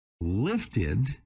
lifted